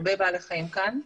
הרבה בעלי חיים כאן,